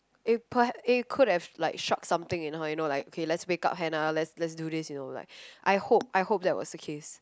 it per~ it could have like shocked something in her you know like okay let's make up hannah let's let's do this you know like I hope I hope that was the case